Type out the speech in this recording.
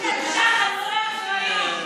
חסרי אחריות.